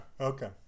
okay